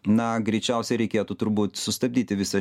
na greičiausiai reikėtų turbūt sustabdyti visą